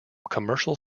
commercial